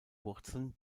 wurzeln